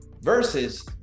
versus